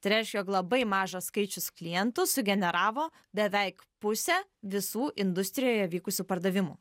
tai reiškia jog labai mažas skaičius klientų sugeneravo beveik pusę visų industrijoje vykusių pardavimų